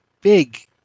big